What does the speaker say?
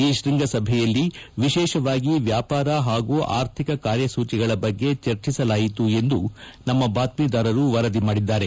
ಈ ಶೃಂಗ ಸಭೆಯಲ್ಲಿ ವಿಶೇಷವಾಗಿ ವ್ಯಾಪಾರ ಹಾಗೂ ಆರ್ಥಿಕ ಕಾರ್ಯಸೂಚಿಗಳ ಬಗ್ಗೆ ಚರ್ಚಿಸಲಾಯಿತು ಎಂದು ನಮ್ಮ ಬಾತ್ಮೀದಾರರು ವರದಿ ಮಾಡಿದ್ದಾರೆ